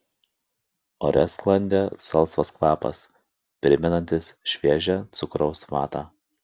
ore sklandė salsvas kvapas primenantis šviežią cukraus vatą